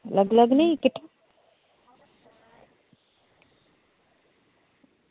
अलग अलग नेईं किट्ठे